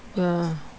ya